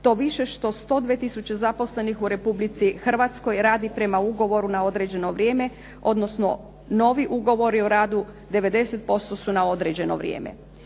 to više što 102 tisuće zaposlenih u Republici Hrvatskoj radi prema ugovoru na određeno vrijeme, odnosno novi ugovori u radu 90% su na određeno vrijeme.